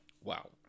Wow